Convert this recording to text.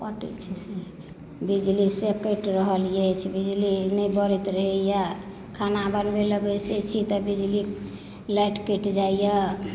बिजली से कटि रहल अछि बिजली नहि बरैत रहैया खाना बनबै ला बैसै छी तऽ बिजली लाइट कटि जाइया